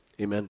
Amen